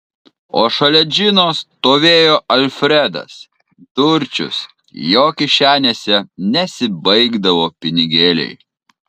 o šalia džino stovėjo alfredas turčius jo kišenėse nesibaigdavo pinigėliai